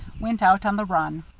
went out on the run.